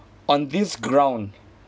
on this ground